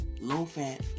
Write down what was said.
low-fat